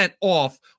off